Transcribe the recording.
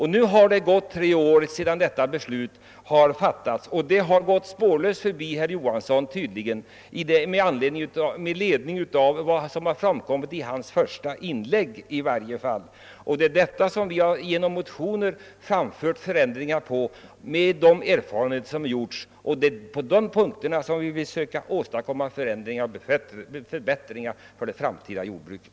Det har nu gått tre år sedan detta beslut fattades, och det har tydligen gått herr Johanson i Västervik spårlöst förbi, i varje fall att döma av hans inlägg i debatten. Vi reservanter vill på grundval av de erfarenheter som gjorts nu göra erforderliga ändringar på vissa punkter och därigenom åstadkom ma förbättringar för det framtida jordbruket.